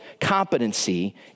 competency